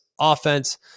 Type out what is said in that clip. offense